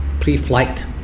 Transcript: pre-flight